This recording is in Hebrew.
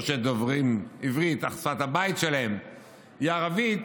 אלה שדוברים עברית אך שפת הבית שלהם היא ערבית,